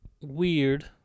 weird